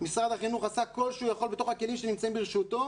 משרד החינוך עשה כל שהוא יכול במסגרת הכלים שנמצאים ברשותו